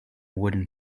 wooden